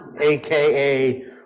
aka